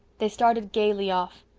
they started gaily off.